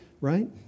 right